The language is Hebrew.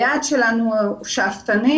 היעד שלנו הוא שאפתני,